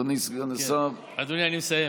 אדוני, אני מסיים.